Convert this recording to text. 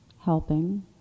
helping